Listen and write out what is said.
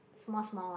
small small one